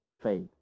faith